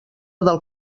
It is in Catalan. del